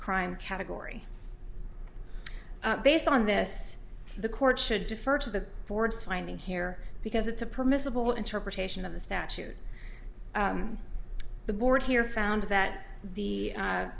crime category based on this the court should defer to the board's finding here because it's a permissible interpretation of the statute the board here found that the